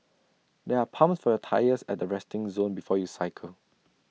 there are pumps for your tyres at the resting zone before you cycle